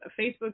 Facebook